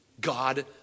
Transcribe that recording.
God